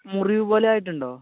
മുറിവുപോലെ ആയിട്ടുണ്ടോ